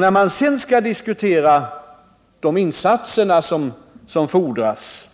När vi sedan skall diskutera de insatser som fordras